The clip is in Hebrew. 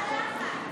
מה הלחץ?